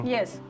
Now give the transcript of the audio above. Yes